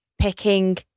picking